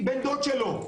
בן הדוד שלו.